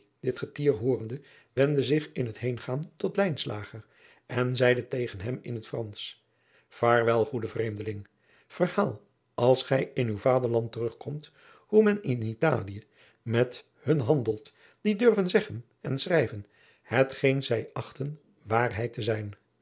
dit getier hoorende wendde zich in het heengaan tot lijnslager en zeide tegen hem in het fransch vaarwel goede vreemdeling verhaal als gij in uw vaderland terugkomt hoe men in italie met hun handelt die durven zeggen en schrijven hetgeen zij achten waarheid te zijn